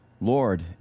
Lord